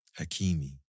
Hakimi